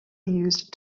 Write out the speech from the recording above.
used